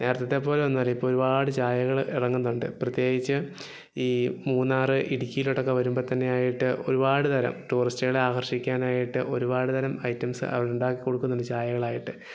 നേരത്തത്തെ പോലെ ഒന്നുമല്ല ഇപ്പോൾ ഒരുപാട് ചായകൾ ഇറങ്ങുന്നുണ്ട് പ്രത്യേകിച്ച് ഈ മൂന്നാർ ഇടുക്കിയിലോട്ട് ഒക്കെ വരുമ്പം തന്നെയായിട്ട് ഒരുപാട് തരം ടൂറിസ്റ്റുകളെ ആകർഷിക്കാനായിട്ട് ഒരുപാട് തരം ഐറ്റംസ് അവർ ഉണ്ടാക്കി കൊടുക്കുന്നുണ്ട് ചായകളായിട്ട്